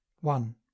one